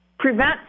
Prevent